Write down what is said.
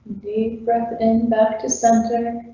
deep breaths in back to center.